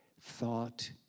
thought